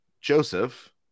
Joseph